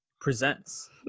presents